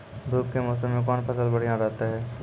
धूप के मौसम मे कौन फसल बढ़िया रहतै हैं?